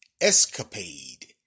escapade